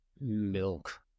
milk